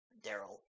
Daryl